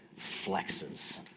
flexes